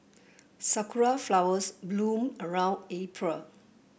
sakura flowers bloom around April